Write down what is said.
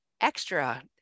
extra